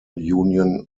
union